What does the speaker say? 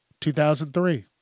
2003